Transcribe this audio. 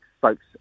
folks